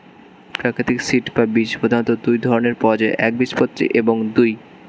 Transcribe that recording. প্রাকৃতিক সিড বা বীজ প্রধানত দুই ধরনের পাওয়া যায় একবীজপত্রী এবং দুই